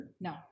No